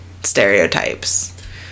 stereotypes